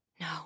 No